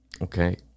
Okay